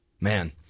Man